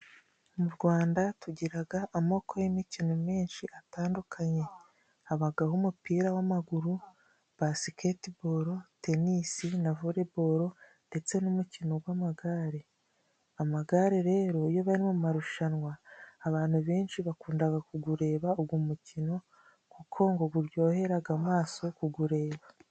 Mu Rwanda tugiraga amoko y'imikino menshi atandukanye habagaho umupira w'amaguru, basiketibolo, tenisi na volebolo ndetse n'umukino gw'amagare .Amagare rero iyo bari mu marushanwa, abantu benshi bakundaga kugureba ugu mukino kuko ngo guryoheraga amaso kugureba.